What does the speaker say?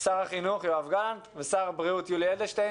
שר החינוך יואב גלנט ושר הבריאות יולי אדלשטיין